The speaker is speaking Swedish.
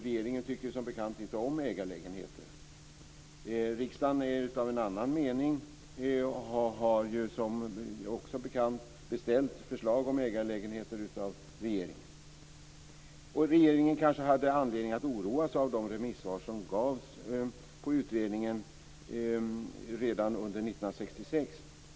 Regeringen tycker ju som bekant inte om ägarlägenheter. Riksdagen är av en annan mening, och har ju, vilket också är bekant, beställt förslag om ägarlägenheter av regeringen. Regeringen kanske hade anledning att oroa sig med tanke på de remissvar som gavs på utredningen redan under 1996.